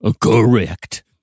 correct